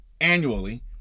annually